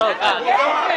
ענה לך.